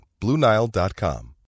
BlueNile.com